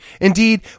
Indeed